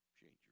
Change